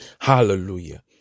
Hallelujah